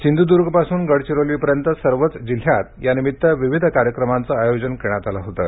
सिंधूद्गापासून गडचिरोलीपर्यंत सर्वच जिल्ह्यात या निमित्त विवीध कार्यक्रमांचं आयोजन करण्यात आलं होतं